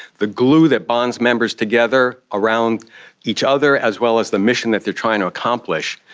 the glue that bonds members together around each other, as well as the mission that they are trying to accomplish.